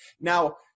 Now